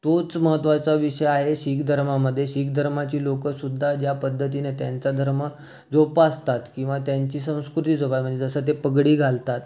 तोच महत्वाचा विषय आहे शीख धर्मामध्ये शीख धर्माची लोकंसुद्धा ज्या पद्धतीने त्यांचा धर्म जोपासतात किंवा त्यांची संस्कृती जोपास म्हणजे जसं ते पगडी घालतात